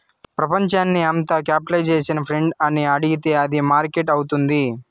ప్రపంచాన్ని అంత capitalization friend అని అడిగితే అది మార్కెట్ అవుతుంది